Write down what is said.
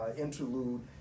interlude